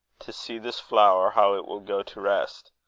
to see this flower, how it will go to rest,